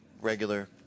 Regular